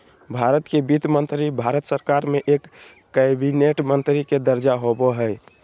भारत के वित्त मंत्री भारत सरकार में एक कैबिनेट मंत्री के दर्जा होबो हइ